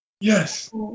Yes